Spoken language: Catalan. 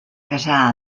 casar